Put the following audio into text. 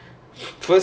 ya